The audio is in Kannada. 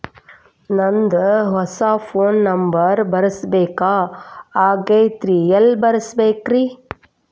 ನಂದ ಹೊಸಾ ಫೋನ್ ನಂಬರ್ ಬರಸಬೇಕ್ ಆಗೈತ್ರಿ ಎಲ್ಲೆ ಬರಸ್ಬೇಕ್ರಿ?